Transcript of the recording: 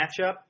matchup